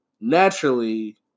naturally